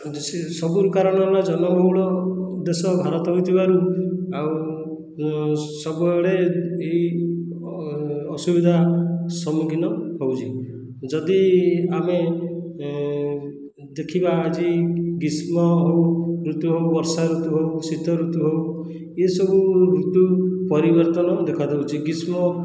ଯେ ସେ ସବୁର କାରଣ ହେଲା ଜନ ବହୁଳ ଦେଶ ଭାରତ ହୋଇଥିବାରୁ ଆଉ ସବୁଆଡ଼େ ଏଇ ଅସୁବିଧା ସମ୍ମୁଖୀନ ହେଉଛି ଯଦି ଆମେ ଦେଖିବା ଆଜି ଗ୍ରୀଷ୍ମ ହେଉ ଋତୁ ହେଉ ବର୍ଷା ଋତୁ ହେଉ ଶୀତ ଋତୁ ହେଉ ଏହି ସବୁ ଋତୁ ପରିବର୍ତ୍ତନ ଦେଖା ଦେଉଛି ଗ୍ରୀଷ୍ମ